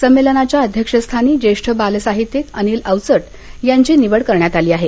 संमेलनाच्या अध्यक्षस्थानी ज्येष्ठ बालसाहित्यिक अनिल अवचट यांची निवड करण्यात आली आहे